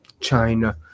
china